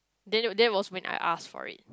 then that was when I ask for it